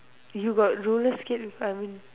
you got roller skate before I mean